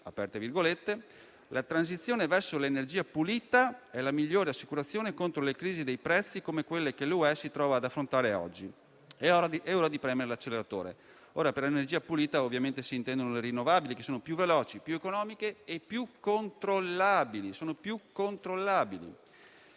«La transizione verso l'energia pulita è la migliore assicurazione contro le crisi dei prezzi come quella che l'UE si trova ad affrontare oggi. È ora di premere sull'acceleratore». Per energia pulita ovviamente si intendono le fonti rinnovabili, che sono più veloci, più economiche e più controllabili.